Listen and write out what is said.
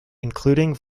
including